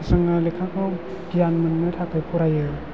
जोङो लेखाखौ गियान मोन्नो थाखाय फरायो